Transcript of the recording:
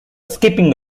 skipping